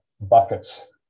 buckets